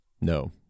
No